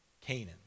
Canaan